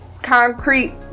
concrete